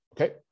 okay